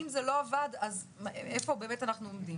למה זה לא עמד ואיפה אנחנו עומדים.